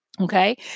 okay